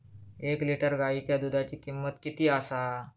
एक लिटर गायीच्या दुधाची किमंत किती आसा?